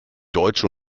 deutsche